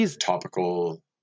topical